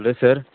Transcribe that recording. hello sir